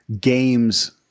games